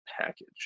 package